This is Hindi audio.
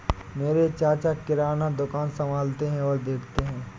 मेरे चाचा किराना दुकान संभालते और देखते हैं